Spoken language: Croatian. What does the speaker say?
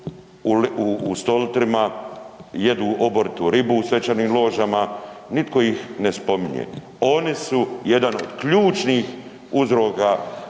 u stolitrima, jedu oboritu ribu u svečanim ložama, nitko ih ne spominje? Oni su jedan od ključnih uzroka